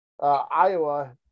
Iowa